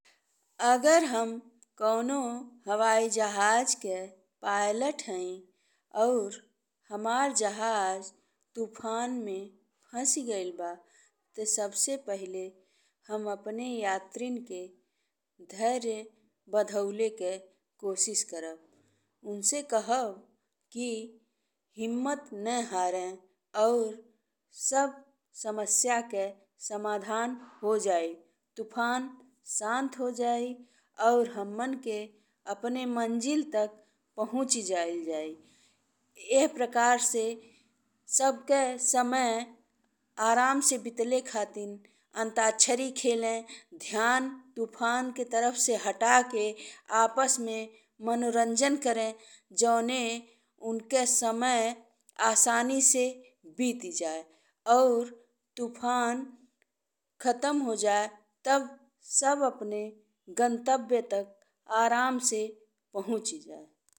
अगर हम कउनो हवाई जहाज के पायलट हईं और हमार जहाज तूफान में फँसी गइल बा सबसे पहिले हम अपने यात्रिन के धैर्य बँधौले के कोशिश करब। उनसे कहब कि हिम्मत ने हारे और सब समस्या के समाधान हो जाई। तूफान शान्त हो जाई और हम्मन के अपने मंजिल तक पहुँची जाइ जाइ। एह प्रकार से सबके समय आराम से बितले खातिर अंताक्षरी खेले, ध्यान तूफान के तर्फ से हटा के आपस में मनोरंजन करे जौने उनके समय आसानी से बीति जाए अउर तूफान खत्म हो जाए तब सब अपने गंतव्य तक आराम से पहुँच जाए।